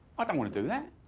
i don't want to do that.